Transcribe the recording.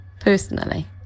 personally